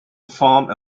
form